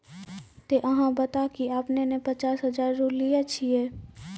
ते अहाँ बता की आपने ने पचास हजार रु लिए छिए?